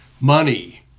money